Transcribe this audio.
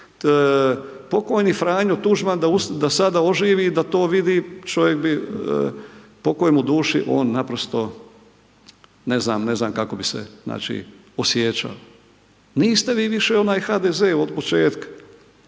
Pokojni Franjo Tuđman da sada oživi i da to vidi, čovjek bi, pokoj mu duši, on naprosto ne znam, ne znam kako bi se, znači, osjećao. Niste vi više onaj HDZ od početka,